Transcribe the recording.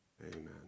Amen